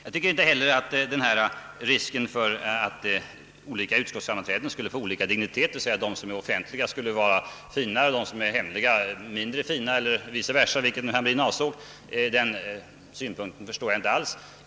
Jag förstår inte heller herr Hamrins farhågor för att olika utskottssammanträden skulle få olika dignitet — det vill säga de som är offentliga skulle vara finare och de som är hemliga mindre fina eller vice versa, vilket det nu var herr Hamrin avsåg.